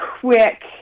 quick